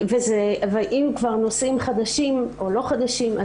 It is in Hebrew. ואם כבר נושאים חדשים או לא חדשים,